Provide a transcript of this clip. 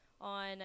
on